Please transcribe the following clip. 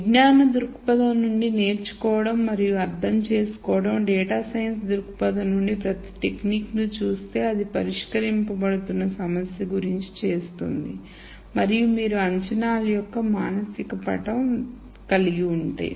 విజ్ఞాన దృక్పథం నుండి నేర్చుకోవడం మరియు అర్థం చేసుకోవడం డేటా సైన్స్ దృక్పథం నుండి ప్రతి టెక్నిక్ను చూస్తే అది పరిష్కరించబడుతున్న సమస్య గురించి చేస్తుంది మరియు మీరు అంచనాలయొక్క మానసిక పటం కలిగి ఉంటే